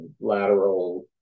lateral